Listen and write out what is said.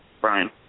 Brian